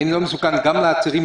האם זה לא מסוכן גם לעצירים,